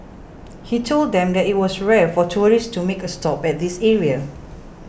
he told them that it was rare for tourists to make a stop at this area